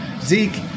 Zeke